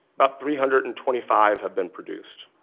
about three hundred and twenty five have been produced.